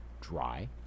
dry